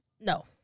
no